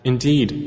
Indeed